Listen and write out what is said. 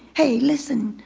hey listen.